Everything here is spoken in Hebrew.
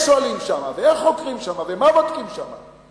שואלים שמה ואיך חוקרים שמה ומה בודקים שמה.